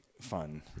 fun